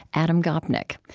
adam gopnik.